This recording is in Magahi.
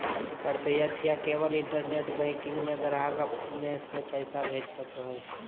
प्रत्यक्ष या केवल इंटरनेट बैंकिंग में ग्राहक अपने से पैसा भेज सको हइ